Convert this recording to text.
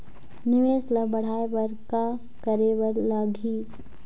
निवेश ला बढ़ाय बर का करे बर लगही?